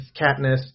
Katniss